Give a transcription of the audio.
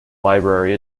library